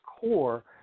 core